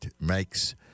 makes